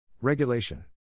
Regulation